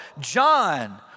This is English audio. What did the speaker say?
John